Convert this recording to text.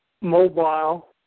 mobile